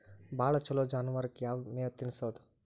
ಭಾಳ ಛಲೋ ಜಾನುವಾರಕ್ ಯಾವ್ ಮೇವ್ ತಿನ್ನಸೋದು?